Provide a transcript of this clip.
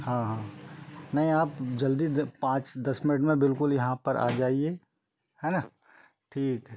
हाँ हाँ नहीं आप जल्दी दे पाँच दस मिनट में बिल्कुल यहाँ पर आ जाइए है ना ठीक है